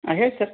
ಹಾಂ ಹೇಳಿ ಸರ್